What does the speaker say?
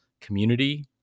community